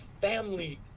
family